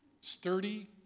Sturdy